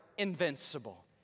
invincible